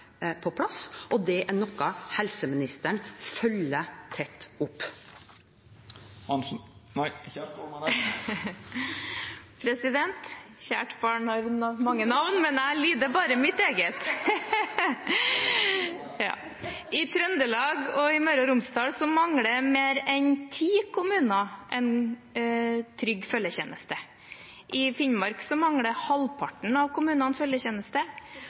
er noe helseministeren følger tett opp. Hansen – nei, Kjerkol meiner eg! President, kjært barn har mange navn, men jeg lyder bare mitt eget! I Trøndelag og Møre og Romsdal mangler mer enn ti kommuner en trygg følgetjeneste. I Finnmark mangler halvparten av kommunene følgetjeneste.